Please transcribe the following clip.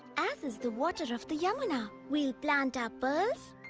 as is the water of the yamuna. we'll plant our but